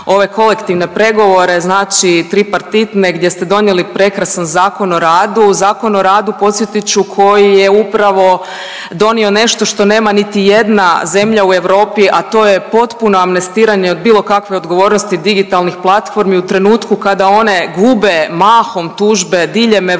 ove kolektivne pregovore, znači tripartitne gdje ste donijeli prekrasan ZOR, ZOR podsjetit ću, koji je upravo donio nešto što nema niti jedna zemlja u Europi, a to je potpuno amnestiranje od bilo kakve odgovornosti digitalnih platformi u trenutku kada one gube mahom tužbe diljem Europe